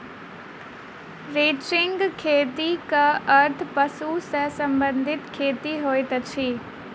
ranching खेतीक अर्थ पशु सॅ संबंधित खेती होइत अछि